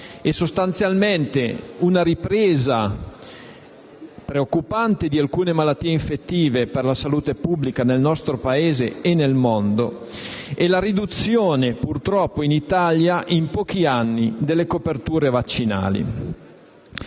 sostanzialmente a una ripresa preoccupante di alcune malattie infettive per la salute pubblica nel nostro Paese e nel mondo e la riduzione purtroppo in Italia in pochi anni delle coperture vaccinali.